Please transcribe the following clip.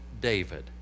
David